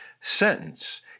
sentence